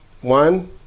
one